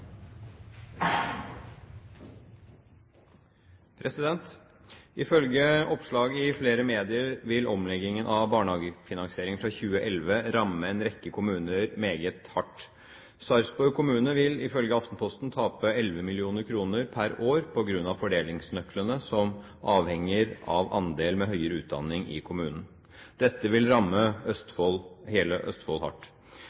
2011 ramme en rekke kommuner meget hardt. Sarpsborg kommune vil, ifølge Aftenposten, tape 11 mill. kr per år på grunn av fordelingsnøkkelen som avhenger av andelen med høyere utdanning i kommunen. Dette vil ramme hele Østfold hardt.